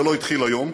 זה לא התחיל היום,